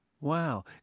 Wow